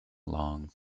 long